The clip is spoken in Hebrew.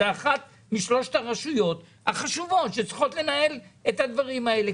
זו אחת משלוש הרשויות החשובות שצריכות לנהל את הדברים האלה.